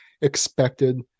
expected